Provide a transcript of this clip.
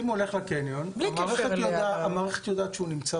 אם הוא הולך לקניון המערכת יודעת שהוא נמצא